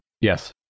Yes